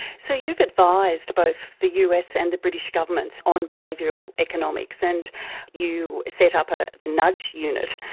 so you've advised both the us and the british governments on behavioural economics, and you set up ah the nudge unit,